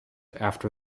after